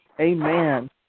Amen